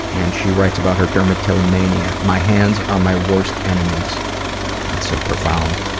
and she writes about her dermatillomania my hands are my worst enemies. that's so profound.